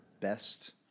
best